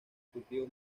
cultivo